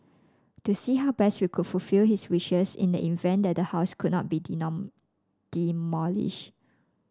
to see how best we could fulfil his wishes in the event that the house could not be demolished